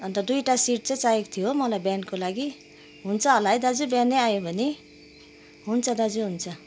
अन्त दुईटा सिट चाहिँ चाहेको थियो हो मलाई बिहानको लागि हुन्छ होला है दाजु बिहानै आयो भने हुन्छ दाजु हुन्छ